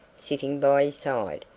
sitting by his side,